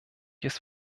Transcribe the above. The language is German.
ist